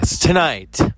Tonight